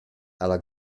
alla